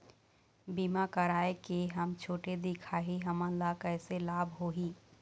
बीमा कराए के हम छोटे दिखाही हमन ला कैसे लाभ होही?